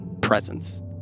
presence